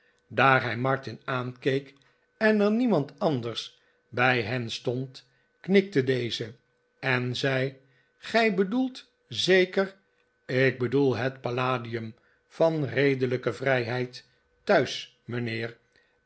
hij martin aankeek en er niemand anders bij hen stond knikte deze en zei gij bedoelt zeker ik bedoel het palladium van redelijke vrijheid thuis mijnheer